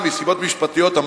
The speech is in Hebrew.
גם מסיבות משפטיות,